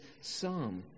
psalm